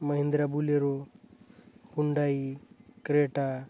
Mahindra Bolero Hyundai Creta